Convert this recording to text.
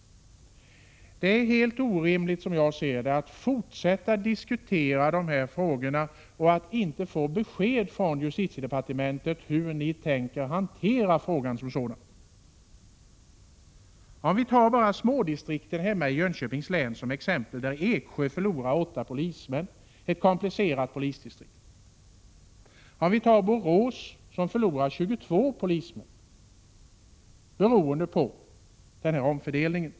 Det är helt orimligt, som jag ser det, att fortsätta diskutera dessa frågor och att inte få besked från justitiedepartementet hur man tänker hantera frågan som sådan. Jag vill som exempel nämna Eksjö i Jönköpings län som förlorar 8 polismän — det är ett komplicerat polisdistrikt. Borås förlorar 22 polismän på grund av denna omfördelning.